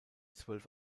zwölf